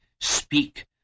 speak